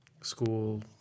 school